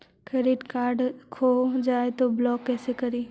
Credit card खो जाए तो ब्लॉक कैसे करी?